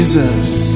Jesus